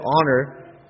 honor